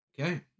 Okay